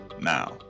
now